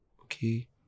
okay